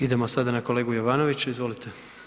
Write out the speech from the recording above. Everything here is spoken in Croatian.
Idemo sada na kolegu Jovanovića, izvolite.